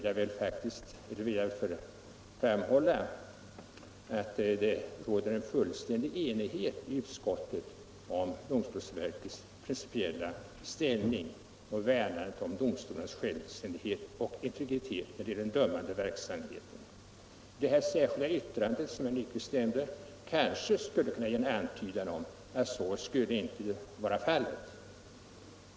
Jag vill framhålla att det råder fullständig enighet i utskottet om domstolsverkets principiella ställning och värnandet om domstolarnas självständighet och integritet i den dömande verksamheten. Det särskilda yttrandet kan ge en antydan om att så inte skulle vara förhållandet.